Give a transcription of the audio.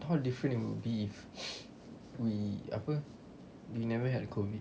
how different it will be if we apa we never had COVID